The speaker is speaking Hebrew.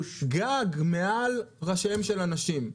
גג מעל ראשיהם של אנשים.